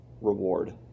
reward